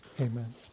Amen